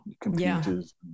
computers